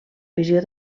visió